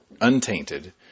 untainted